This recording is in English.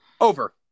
Over